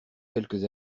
quelques